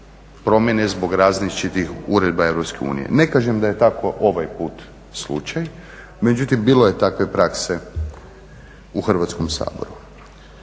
promjene zbog različitih uredba EU. Ne kažem da je tako ovaj put slučaj, međutim bilo je takve prakse u Hrvatskom saboru.